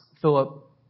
Philip